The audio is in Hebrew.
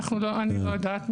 מי חייב אותם?